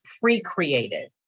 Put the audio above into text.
pre-created